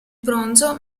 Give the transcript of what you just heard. bronzo